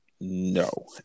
No